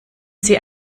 sie